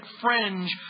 fringe